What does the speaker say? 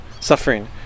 suffering